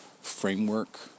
framework